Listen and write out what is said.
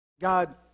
God